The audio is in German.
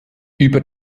über